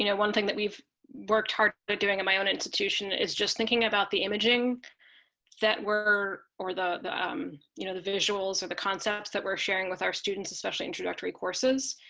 you know one thing that we've worked hard, doing my own institution is just thinking about the imaging that we're or the um you know the visuals are the concepts that we're sharing with our students, especially introductory courses.